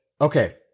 okay